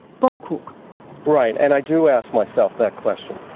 but right, and i do ask myself that question.